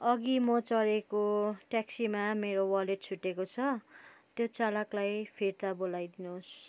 अघि म चढेको ट्याक्सीमा मेरो वलेट छुट्टिएको छ त्यो चालकलाई फिर्ता बोलाइदिनु होस्